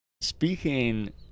Speaking